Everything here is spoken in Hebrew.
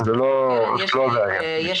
אם יהיו